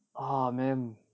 ah man